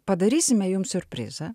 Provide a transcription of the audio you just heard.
padarysime jum siurprizą